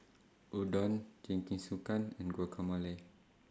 Udon Jingisukan and Guacamole